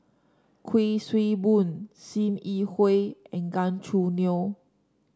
Kuik Swee Boon Sim Yi Hui and Gan Choo Neo